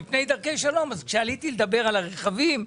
מפני דרכי שלום, אז כשעליתי לדבר על הרכבים,